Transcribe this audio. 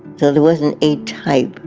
so there wasn't a type